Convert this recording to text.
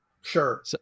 Sure